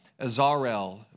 Azarel